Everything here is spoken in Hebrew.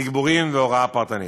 תגבורים והוראה פרטנית.